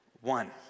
one